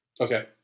Okay